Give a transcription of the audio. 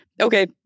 okay